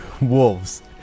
Wolves